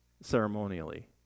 ceremonially